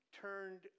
turned